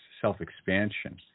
self-expansion